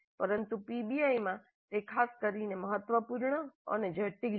પરંતુ પીબીઆઈમાં તે ખાસ કરીને મહત્વપૂર્ણ અને જટિલ છે